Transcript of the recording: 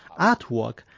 artwork